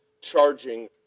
charging